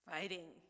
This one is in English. Fighting